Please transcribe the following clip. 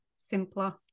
simpler